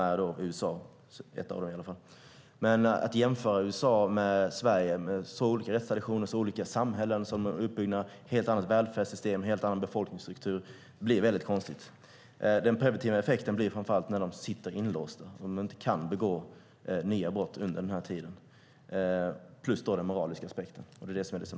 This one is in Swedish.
USA är ett av dem. Men att jämföra USA med Sverige, två länder som har så olika rättstraditioner och så olika som samhällena är uppbyggda med helt olika välfärdssystem och en helt annan befolkningsstruktur, blir väldigt konstigt. Den preventiva effekten blir framför allt när de sitter inlåsta och inte kan begå nya brott under den tiden, plus den moraliska aspekten.